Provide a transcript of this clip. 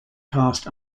cast